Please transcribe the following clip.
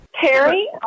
Terry